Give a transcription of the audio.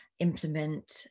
implement